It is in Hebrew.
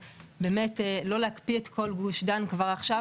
באמת לא להקפיא את כל גוש דן כבר עכשיו,